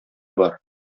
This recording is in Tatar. бар